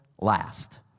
last